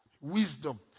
wisdom